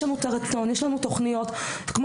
יש לנו את הרצון ויש לנו תוכניות אבל אין לנו אפשרות בפועל.